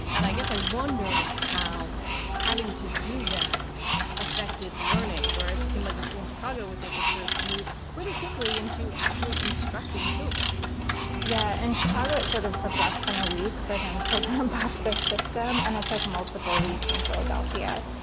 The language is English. and i guess i wonder how having to do that affected learning. whereas a team like the school in chicago was able to move pretty quickly into actually instructing children yeah. in chicago, it sort of took less than a week for them to ramp up the system. and i took multiple weeks in philadelphia.